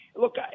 Look